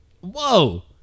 Whoa